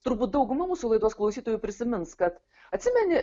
turbūt dauguma mūsų laidos klausytojų prisimins kad atsimeni